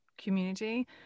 community